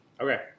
Okay